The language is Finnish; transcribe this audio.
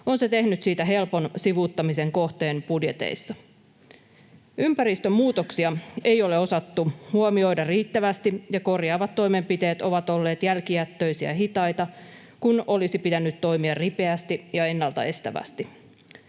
on se tehnyt siitä helpon sivuuttamisen kohteen budjeteissa. Ympäristön muutoksia ei ole osattu huomioida riittävästi, ja korjaavat toimenpiteet ovat olleet jälkijättöisiä ja hitaita, kun olisi pitänyt toimia ripeästi ja ennaltaestävästi.